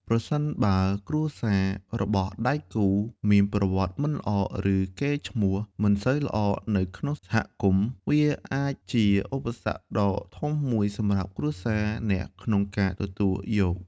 ប្រសិនបើគ្រួសាររបស់ដៃគូមានប្រវត្តិមិនល្អ ឬកេរ្តិ៍ឈ្មោះមិនសូវល្អនៅក្នុងសហគមន៍ វាអាចជាឧបសគ្គដ៏ធំមួយសម្រាប់គ្រួសារអ្នកក្នុងការទទួលយក។